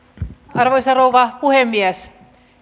arvoisa rouva puhemies